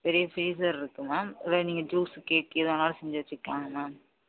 பெரிய ஃப்ரீஸருக்குது மேம் அதில் நீங்கள் ஜூஸு கேக்கு எது வேணுனாலும் செஞ்சு வைச்சிக்கிலாங்க மேம்